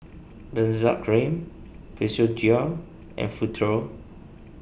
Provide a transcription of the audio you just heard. Benzac Cream Physiogel and Futuro